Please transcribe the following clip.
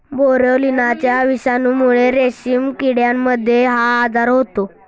बोरोलिनाच्या विषाणूमुळे रेशीम किड्यांमध्ये हा आजार होतो